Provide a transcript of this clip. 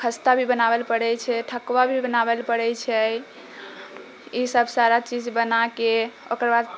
खस्ता भी बनाबै लअ पड़ै छै ठकुआ भी बनाबै लअ पड़ै छै ई सभ सारा चीज बनाकऽ ओकरबाद